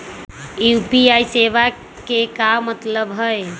UPI सेवा के का मतलब है?